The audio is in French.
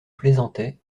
plaisantait